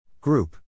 Group